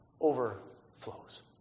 overflows